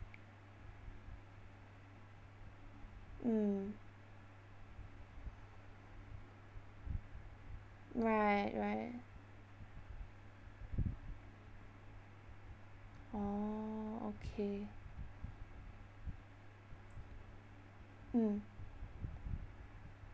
mm right right oh okay mm